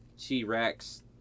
t-rex